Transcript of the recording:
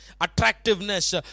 attractiveness